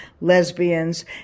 lesbians